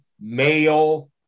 male